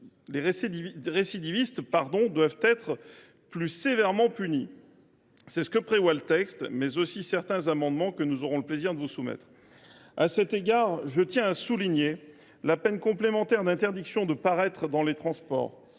Les récidivistes doivent être plus sévèrement punis. C’est ce que prévoit le texte, tout comme certains amendements que nous aurons le plaisir de vous soumettre. À cet égard, je tiens à souligner la création de la peine complémentaire d’interdiction de paraître dans les transports